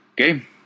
Okay